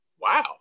wow